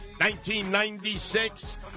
1996